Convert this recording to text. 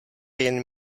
jen